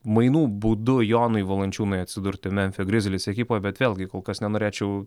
mainų būdu jonui valančiūnui atsidurti memfio grizzlies ekipoj bet vėlgi kol kas nenorėčiau